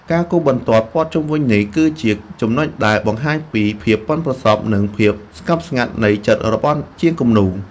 ការគូសបន្ទាត់ព័ទ្ធជុំវិញនេះ គឺជាចំណុចដែលបង្ហាញពីភាពប៉ិនប្រសប់ និងភាពស្ងប់ស្ងាត់នៃចិត្តរបស់ជាងគំនូរ។